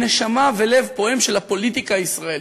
היא הנשמה והלב הפועם של הפוליטיקה הישראלית,